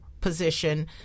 position